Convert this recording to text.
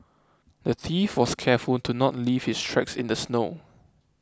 the thief was careful to not leave his tracks in the snow